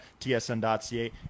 TSN.ca